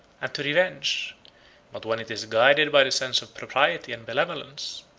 and to revenge but when it is guided by the sense of propriety and benevolence,